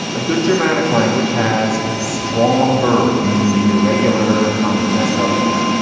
a good germanic language has strong verbs, meaning the irregular kind of messed up ones.